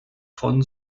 von